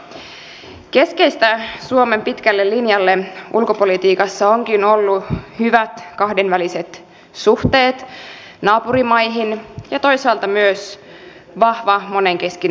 keskeistä suomen pitkälle linjalle ulkopolitiikassa ovatkin olleet hyvät kahdenväliset suhteet naapurimaihin ja toisaalta myös vahva monenkeskinen yhteistyö